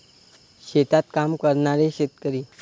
शेतात काम करणारे शेतकरी